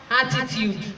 attitude